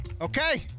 Okay